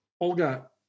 Olga